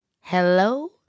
Hello